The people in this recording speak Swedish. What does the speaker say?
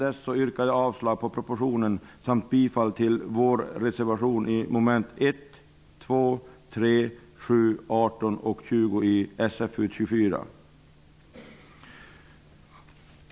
Jag yrkar avslag på propositionen samt bifall till vår reservation under mom. 1, 2, 3, 7, 18 och 20 i socialförsäkringsutskottets hemställan i betänkande 24.